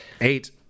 Eight